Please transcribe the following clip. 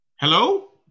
Hello